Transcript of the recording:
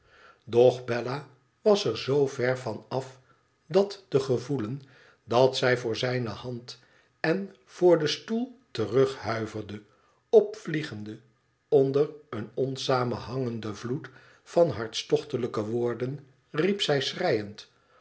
doch bella was er zoo ver van af dat te gevoelen dat zij voor zijne hand en voor den stoel terughuiverde opvliegende onder een onsamenhangenden vloed van hartstochtelijke woorden riep zij schreiend